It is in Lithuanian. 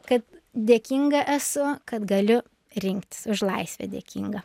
kad dėkinga esu kad galiu rinktis už laisvę dėkinga